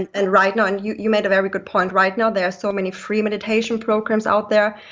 and and right now, and you you made a very good point. right now, there are so many free meditation programs out there,